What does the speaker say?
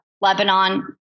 Lebanon